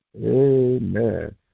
Amen